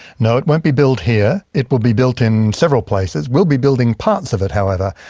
no it won't be built here. it will be built in several places. we'll be building parts of it however.